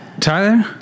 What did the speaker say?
Tyler